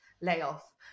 layoff